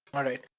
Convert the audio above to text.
alright.